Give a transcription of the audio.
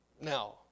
Now